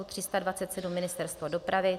327 Ministerstvo dopravy